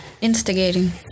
instigating